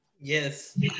Yes